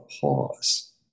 pause